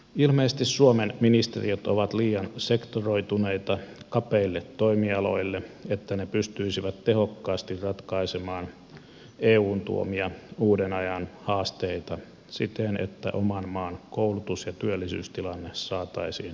ilmeisesti suomen ministeriöt ovat liian sektoroituneita kapeille toimialoille että ne pystyisivät tehokkaasti ratkaisemaan eun tuomia uuden ajan haasteita siten että oman maan koulutus ja työllisyystilanne saataisiin kasvu uralle